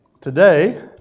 today